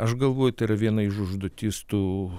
aš galvoju tai yra viena iš užduotis tų